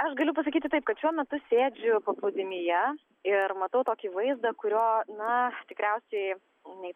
aš galiu pasakyti taip kad šiuo metu sėdžiu paplūdimyje ir matau tokį vaizdą kurio na tikriausiai nei